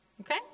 Okay